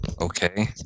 Okay